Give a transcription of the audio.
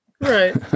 right